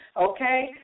okay